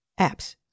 apps